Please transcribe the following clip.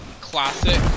classic